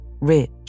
rich